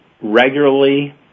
regularly